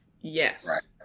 Yes